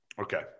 Okay